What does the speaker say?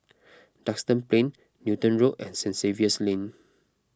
Duxton Plain Newton Road and St Xavier's Lane